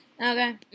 okay